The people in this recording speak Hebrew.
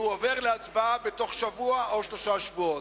והוא עובר להצבעה בתוך שבוע או שלושה שבועות.